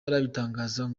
arabitangazaho